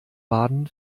baden